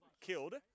killed